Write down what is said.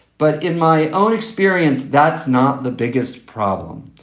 but in my own experience, that's not the biggest problem.